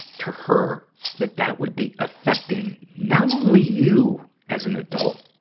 to her that that would be affecting not only you as an adult,